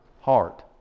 Heart